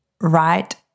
right